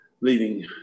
leading